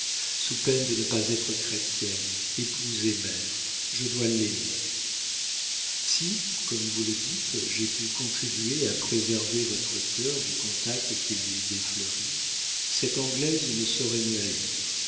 sous peine de ne pas être chrétienne épouse et mère je dois l'aimer si comme vous le dites j'ai pu contribuer à préserver votre cœur du contact qui l'eût défleuri cette anglaise ne saurait me haïr